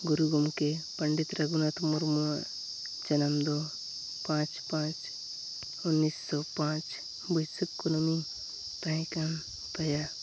ᱜᱩᱨᱩ ᱜᱚᱢᱠᱮ ᱯᱚᱸᱰᱮᱛ ᱨᱟᱹᱜᱷᱩᱱᱟᱛᱷ ᱢᱩᱨᱢᱩᱣᱟᱜ ᱡᱟᱱᱟᱢᱫᱚ ᱯᱟᱪ ᱯᱟᱸᱪ ᱩᱱᱤᱥ ᱥᱚ ᱯᱟᱸᱪ ᱵᱟᱹᱭᱥᱟᱹᱠᱷ ᱠᱩᱱᱟᱹᱢᱤ ᱛᱟᱦᱮᱸ ᱠᱟᱱ ᱛᱟᱦᱮᱸᱫ